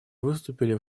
выступили